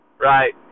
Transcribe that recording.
Right